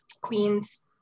Queens